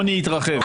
העוני יתרחב.